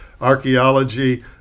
archaeology